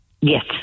yes